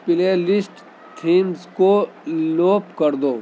پلے list themes کو loop کر دو